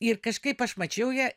ir kažkaip aš mačiau ją